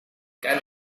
can